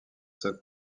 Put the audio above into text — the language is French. sol